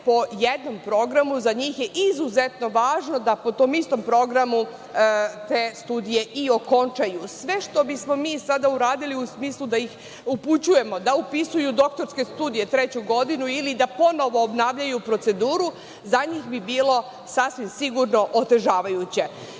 po jednom programu, za njih je izuzetno važno da po tom istom programu te studije i okončaju. Sve što bismo mi sada uradili u smislu da ih upućujemo da upisuju doktorske studije, treću godinu ili da ponovo obnavljaju proceduru za njih bi bilo sasvim sigurno otežavajuće. Nije